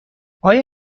آیا